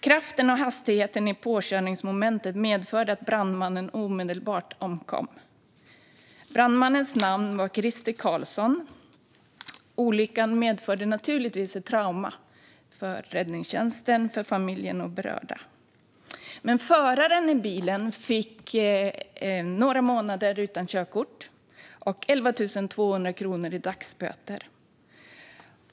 Kraften och hastigheten i påkörningsmomentet medförde att brandmannen omedelbart omkom. Brandmannens namn var Krister Karlsson. Olyckan medförde naturligtvis ett trauma för räddningstjänsten, för familjen och för andra berörda. Men föraren i bilen fick vara utan körkort i några månader och fick 11 200 kronor i dagsböter.